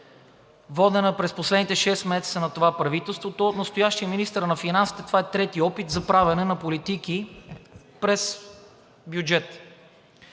водена през последните шест месеца на това правителство, то от настоящия министър на финансите това е трети опит за правене на политики през бюджет.